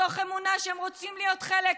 מתוך אמונה שהם רוצים להיות חלק,